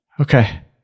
Okay